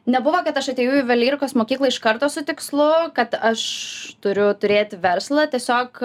nebuvo kad aš atėjau į juvelyrikos mokyklą iš karto su tikslu kad aš turiu turėti verslą tiesiog